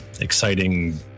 exciting